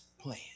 plan